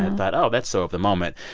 and but oh, that's so of the moment.